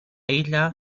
isla